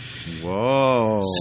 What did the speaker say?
Whoa